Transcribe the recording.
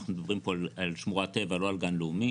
שאנחנו מדברים פה על שמורת טבע ולא על גן לאומי.